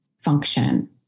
function